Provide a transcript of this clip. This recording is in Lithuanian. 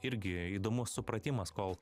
irgi įdomus supratimas kol